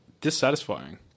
dissatisfying